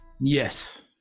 Yes